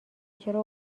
چرا